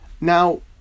Now